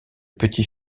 petit